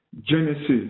Genesis